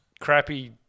crappy